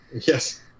Yes